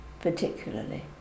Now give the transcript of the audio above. particularly